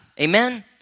Amen